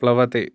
प्लवते